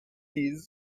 disc